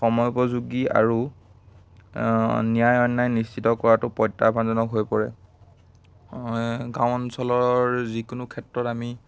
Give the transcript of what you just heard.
সময় উপযোগী আৰু ন্যায় অন্যায় নিশ্চিত কৰাটো প্ৰত্যাহ্বানজনক হৈ পৰে গাঁও অঞ্চলৰ যিকোনো ক্ষেত্ৰত আমি